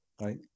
right